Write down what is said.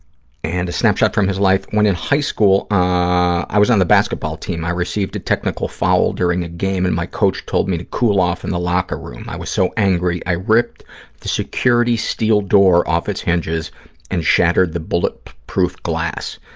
and a snapshot from his life. when in high school, i was on the basketball team. i received a technical foul during a game and my coach told me to cool off in the locker room. i was so angry, i ripped the security steel door off its hinges and shattered the bulletproof glass.